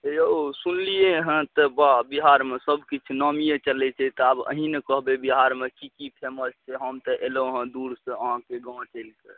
हेयौ सुनलियै हँ तऽ बा बिहारमे सबकिछु नामिये चलैत छै तऽ आब अहींँ ने कहबै बिहारमे की की फेमस छै हम तऽ अयलहुँ हँ दूरसँ अहाँके गाँव चलि कऽ